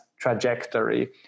trajectory